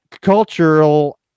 cultural